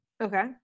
Okay